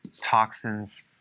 toxins